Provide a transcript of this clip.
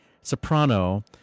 soprano